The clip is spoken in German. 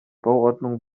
bauordnung